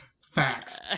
Facts